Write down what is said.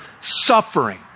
suffering